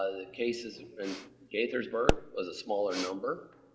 ah the cases in gaithersburg was a smaller number,